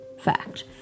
fact